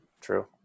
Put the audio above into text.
True